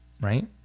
right